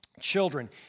Children